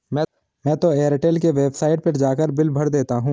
मैं तो एयरटेल के वेबसाइट पर जाकर बिल भर देता हूं